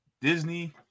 Disney